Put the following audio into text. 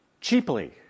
cheaply